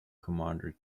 commander